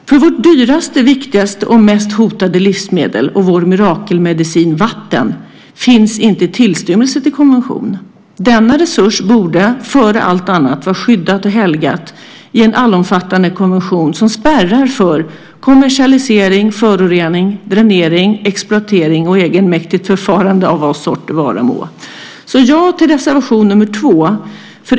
För vårt dyraste, viktigaste och mest hotade livsmedel och vår mirakelmedicin - vatten - finns det inte tillstymmelse till konvention. Denna resurs borde före allt annat vara skyddad och helgad i en allomfattande konvention som spärrar för kommersialisering, förorening, dränering, exploatering och egenmäktigt förfarande av vad sort det vara må. Därför säger jag ja, och yrkar därmed bifall, till reservation 2.